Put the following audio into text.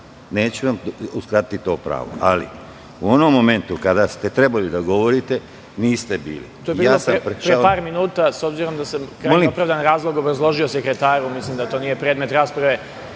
Neću vam uskratiti to pravo, ali u onom momentu kada ste trebali da govorite niste bili…